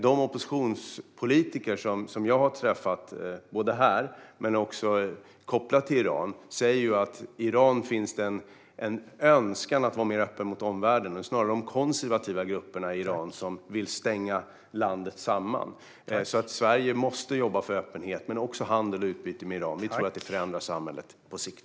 De oppositionspolitiker som jag har träffat här och även kopplat till Iran säger att det finns en önskan i Iran att vara mer öppen mot omvärlden. Det är snarare de konservativa grupperna i Iran som vill stänga till landet. Sverige måste därför jobba för öppenhet och för handel och utbyte med Iran. Vi tror att det förändrar samhället på sikt.